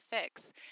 fix